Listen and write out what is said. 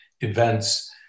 events